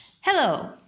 Hello